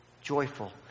joyful